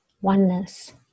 oneness